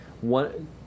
One